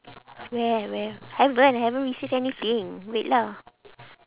where where haven't haven't receive anything wait lah